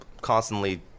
constantly